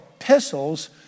epistles